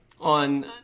on